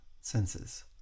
senses